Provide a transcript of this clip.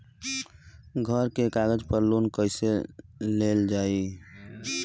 घर के कागज पर लोन कईसे लेल जाई?